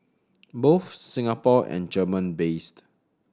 both Singapore and German based